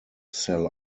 sell